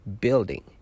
building